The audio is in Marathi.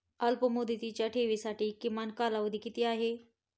अल्पमुदतीच्या ठेवींसाठी किमान कालावधी किती आहे?